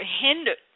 hindered